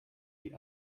die